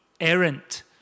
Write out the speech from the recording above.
errant